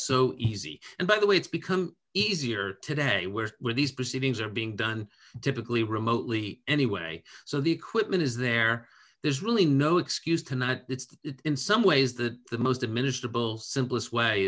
so easy and by the way it's become easier today where were these proceedings are being done typically remotely anyway so the equipment is there there's really no excuse to not it's in some ways the most the minister bull simplest way